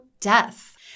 death